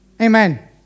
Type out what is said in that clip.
Amen